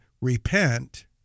repent